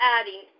adding